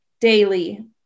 daily